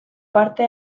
parte